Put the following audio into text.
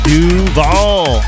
Duval